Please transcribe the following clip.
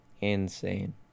insane